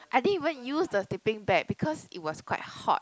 I didn't even use the sleeping bag because it was quite hot